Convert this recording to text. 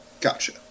Gotcha